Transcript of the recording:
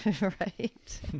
Right